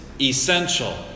essential